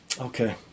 Okay